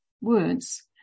words